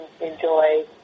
enjoy